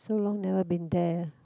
so long never been there